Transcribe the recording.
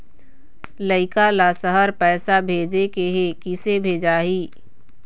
लइका ला शहर पैसा भेजें के हे, किसे भेजाही